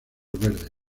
verdes